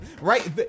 Right